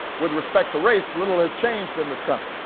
with respect to race, little has changed in this country.